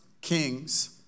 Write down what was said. kings